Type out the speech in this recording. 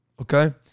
Okay